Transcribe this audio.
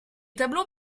tableaux